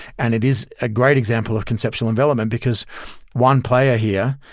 and it is a great example of conceptual envelopment because one player here,